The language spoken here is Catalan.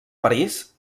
parís